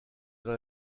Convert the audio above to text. dans